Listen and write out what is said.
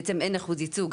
בעצם אין אחוז ייצוג.